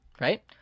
right